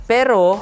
Pero